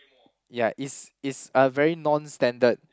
ya is is a very non standard